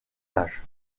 âge